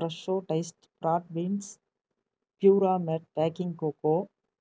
Fresho diced broad beans Puramate baking kho kho